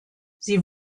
sie